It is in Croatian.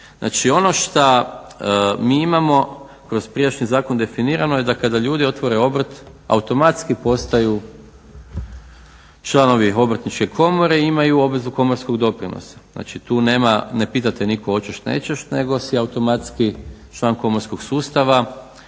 Znači, ono šta mi imamo kroz prijašnji zakon definirano je da kada ljudi otvore obrt automatski postaju članovi Obrtničke komore i imaju obvezu komorskog doprinosa. Znači tu nema, ne pita te nitko hoćeš, nećeš, nego si automatski član komorskog sustava.